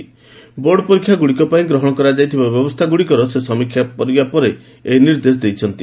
ଆଗାମୀ ବୋର୍ଡ଼ ପରୀକ୍ଷାଗୁଡ଼ିକ ପାଇଁ ଗ୍ରହଣ କରାଯାଇଥିବା ବ୍ୟବସ୍ଥାଗୁଡ଼ିକର ସମୀକ୍ଷା କରିବା ପରେ ସେ ଏହି ନିର୍ଦ୍ଦେଶ କାରି କରିଛନ୍ତି